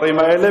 מופז ויענה,